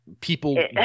people